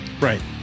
Right